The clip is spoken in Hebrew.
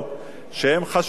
חשובות,